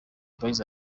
boys